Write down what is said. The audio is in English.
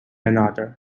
another